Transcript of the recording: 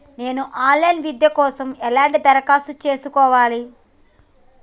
నేను online విద్య కోసం ఎలా దరఖాస్తు చేసుకోవాలి?